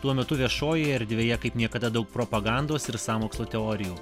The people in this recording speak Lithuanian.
tuo metu viešojoje erdvėje kaip niekada daug propagandos ir sąmokslo teorijų